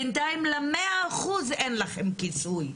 בינתיים ל-100 אחוזים אין לכם כיסוי,